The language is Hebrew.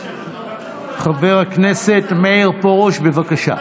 חבר הכנסת מאיר פרוש, בבקשה.